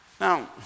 Now